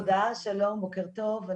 תודה רבה, שלום ובוקר טוב.